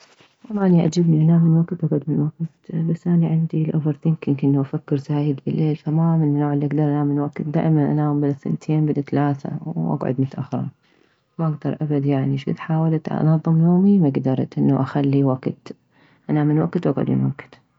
والله اني يعجبني انام من وكت واكعد من وكت بس اني عندي over thinking انه افكر زايد بالليل فما من نوع االكدر انام من وكت دائما انام بالثنتين بالتلاثة واكعد متاخرة ما اكدر ابد شكد حاولت انظم يومي ما كدرت انه اخلي وكت انام من وكت واكعد من وكت